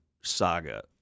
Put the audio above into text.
saga